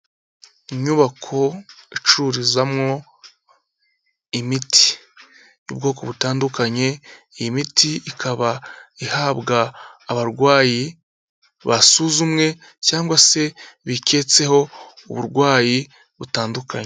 Inyubako icururizamwo imiti y'ubwoko butandukanye, iyi miti ikaba ihabwa abarwayi basuzumwe cyangwa se biketseho uburwayi butandukanye.